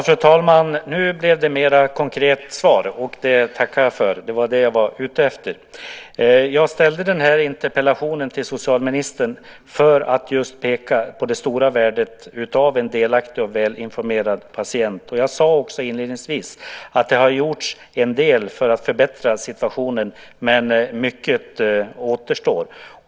Fru talman! Nu blev det ett mera konkret svar, och det tackar jag för. Det var det jag var ute efter. Jag ställde den här interpellationen till socialministern för att peka på det stora värdet av en delaktig och välinformerad patient. Jag sade också inledningsvis att det har gjorts en del för att förbättra situationen, men mycket återstår.